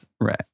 right